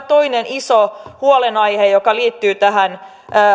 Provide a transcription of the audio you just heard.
toinen iso huolenaihe joka liittyy tähän